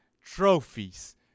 trophies